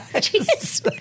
Jesus